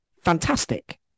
fantastic